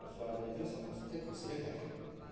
ଆଉ ସ୍ୱାଦ ହୋଇଥିଲା ସମସ୍ତେ ଖୁସିରେ ଖାଇଲେ